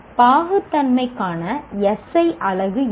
பாகுத்தன்மைக்கான SI அலகு என்ன